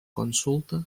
consulta